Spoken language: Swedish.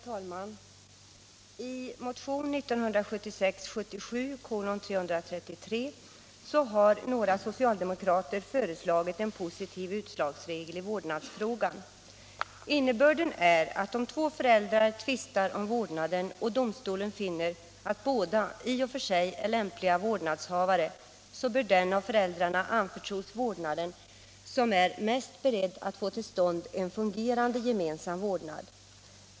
Herr talman! I motionen 1976/77:333 har några socialdemokrater föreslagit en positiv utslagsregel i vårdnadsfrågan. Innebörden är att om två föräldrar tvistar om vårdnaden och domstolen fianer att båda i och för sig är lämpliga vårdnadshavare, så bör den av föräldrarna anförtros vårdnaden som är mest beredd att få till stånd en fungerande gemensam vårdnad.